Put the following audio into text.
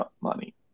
money